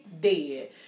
dead